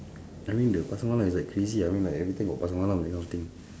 I mean the pasar malam is like crazy ah I mean like everything got pasar malam that kind of thing